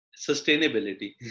Sustainability